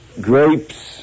Grapes